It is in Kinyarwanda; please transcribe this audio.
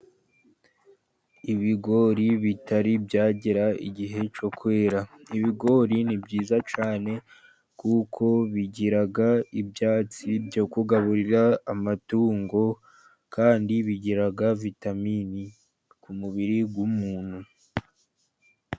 Ibigori bitari byagera igihe cyo kwera. Ibigori ni byiza cyane kuko bigira ibyatsi byo kugaburira amatungo kandi bigira vitamini ku mubiri w'umuntu.